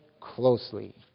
closely